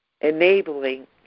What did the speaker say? enabling